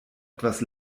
etwas